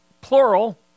plural